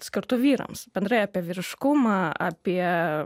skirtų vyrams bendrai apie vyriškumą apie